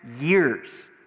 years